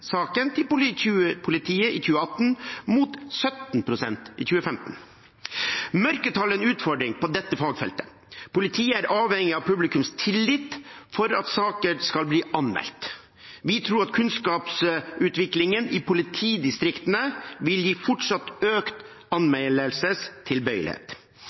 saken til politiet i 2018, mot 17 pst. i 2015. Mørketall er en utfordring på dette fagfeltet. Politiet er avhengig av publikums tillit for at saker skal bli anmeldt. Vi tror at kunnskapsutviklingen i politidistriktene vil gi fortsatt økt